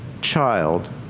child